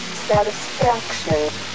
satisfaction